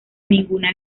ninguna